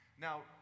Now